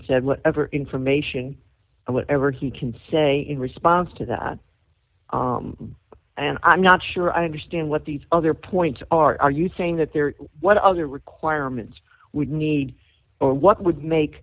said whatever information whatever he can say in response to that and i'm not sure i understand what these other points are you saying that they're what other requirements would need or what would make